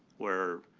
where